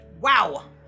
Wow